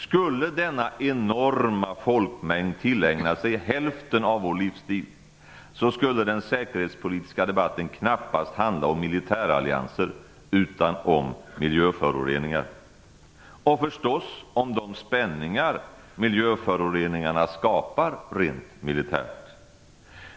Skulle denna enorma folkmängd tillägna sig hälften av vår livsstil skulle den säkerhetspolitiska debatten knappast handla om militärallianser utan om miljöföroreningar, och förstås om de spänningar som miljöföroreningarna skapar rent militärt.